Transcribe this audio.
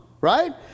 right